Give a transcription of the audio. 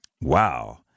Wow